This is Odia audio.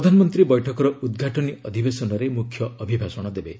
ପ୍ରଧାନମନ୍ତ୍ରୀ ବୈଠକର ଉଦ୍ଘାଟନୀ ଅଧିବେଶନରେ ମୁଖ୍ୟ ଅଭିଭାଷଣ ଦେବେ